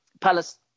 Palace